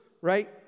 Right